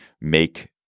make